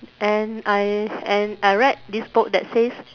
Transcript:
and I and I read this book that says